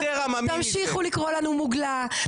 תמשיכו לקרוא לנו מוגלה,